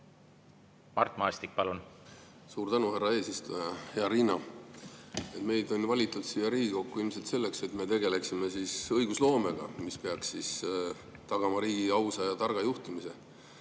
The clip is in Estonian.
Mart Maastik, palun! Suur tänu, härra eesistuja! Hea Riina! Meid on valitud siia Riigikokku ilmselt selleks, et me tegeleksime õigusloomega, mis peaks tagama riigi ausa ja targa juhtimise.